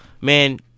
man